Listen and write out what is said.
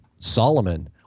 Solomon